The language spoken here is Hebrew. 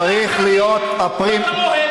צריך להיות, לא כמוהם.